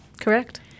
Correct